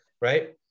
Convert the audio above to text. right